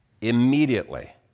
Immediately